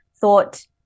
thought